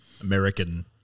American